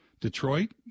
Detroit